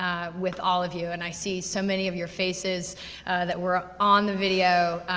with all of you. and i see so many of your faces that were on the video,